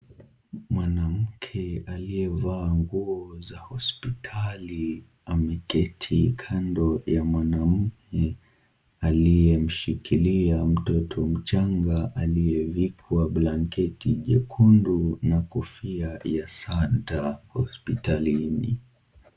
Mwanamke aliyevaa nguo za hospitali ameketi kando ya mwanamume aliyemshikilia mtoto mchanga aliyevikwa blanketi nyekundu na kofia ya Santa hospitalini.